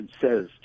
says